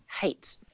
hate